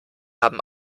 haben